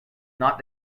not